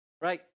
right